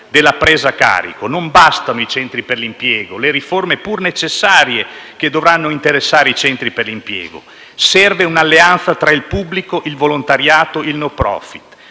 della presa a carico. Non bastano i centri per l'impiego e le riforme, pur necessarie, che dovranno interessarli; serve un'alleanza tra il pubblico, il volontariato, il *no profit*.